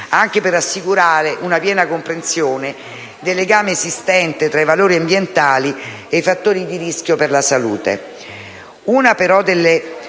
anche per assicurare una piena comprensione del legame esistente tra i valori ambientali ed i fattori di rischio per la salute. Una delle